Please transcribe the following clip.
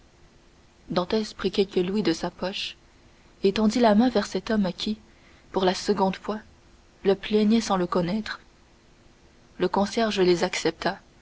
prit quelques louis dans sa poche et tendit la main vers cet homme qui pour la seconde fois le plaignait sans le connaître le concierge les accepta